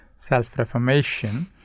Self-reformation